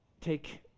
take